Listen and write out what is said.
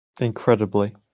Incredibly